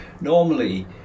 normally